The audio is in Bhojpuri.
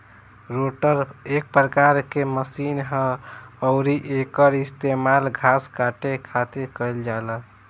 रोटर एक प्रकार के मशीन ह अउरी एकर इस्तेमाल घास काटे खातिर कईल जाला